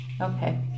okay